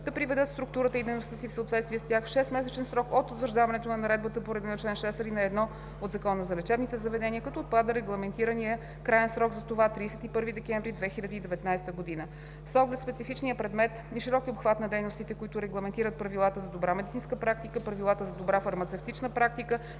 да приведат структурата и дейността си в съответствие с тях в шестмесечен срок от утвърждаването на наредбата по реда на чл. 6, ал. 1 от Закона за лечебните заведения, като отпада регламентираният краен срок за това – 31 декември 2019 г. С оглед специфичния предмет и широкия обхват на дейностите, които регламентират правилата за добра медицинска практика, правилата за добра фармацевтична практика